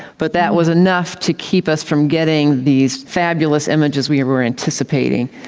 but that was enough to keep us from getting these fabulous images we were anticipating.